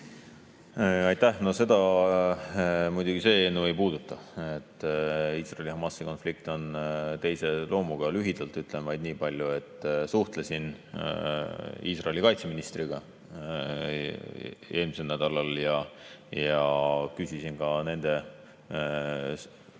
Aitäh! No seda muidugi see eelnõu ei puuduta. Iisraeli ja Hamasi konflikt on teise loomuga. Lühidalt ütlen vaid nii palju, et ma suhtlesin Iisraeli kaitseministriga eelmisel nädalal ja küsisin ka nende soovide